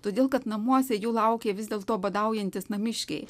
todėl kad namuose jų laukė vis dėlto badaujantys namiškiai